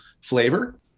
flavor